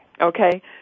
Okay